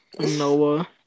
Noah